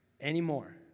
anymore